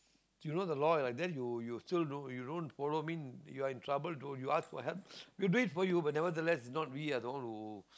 you know the law then you you still don't you don't follow mean you're in trouble you know you ask for help we'll do it for you but nevertheless it's not we as the one who